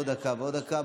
עוד דקה ועוד דקה,